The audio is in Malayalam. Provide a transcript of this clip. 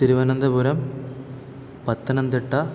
തിരുവനന്തപുരം പത്തനംതിട്ട